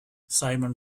simon